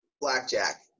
Blackjack